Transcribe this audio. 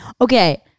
Okay